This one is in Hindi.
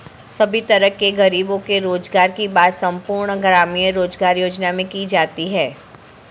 सभी तरह के गरीबों के रोजगार की बात संपूर्ण ग्रामीण रोजगार योजना में की जाती है